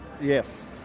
yes